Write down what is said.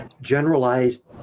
generalized